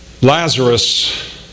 Lazarus